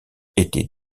étaient